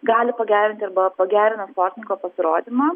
gali pagerinti arba pagerina sportininko pasirodymą